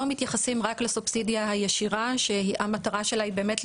מתייחסים רק לסובסידיה הישירה שהמטרה שלה היא באמת,